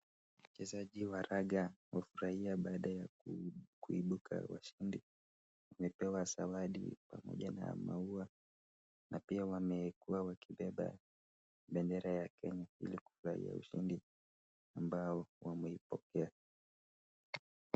Wachezaji wa raga wafurahia baada ya kuibuka washindi. Wamepewa sawadi pamoja na maua na pia wamekuwa wakibeba bendera ya Kenya ili kufurahia ushindi ambao wameipokea